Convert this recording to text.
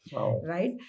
right